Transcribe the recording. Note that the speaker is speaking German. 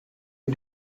sie